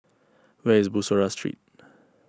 where is Bussorah Street